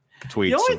tweets